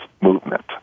movement